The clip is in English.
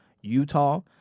Utah